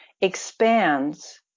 expands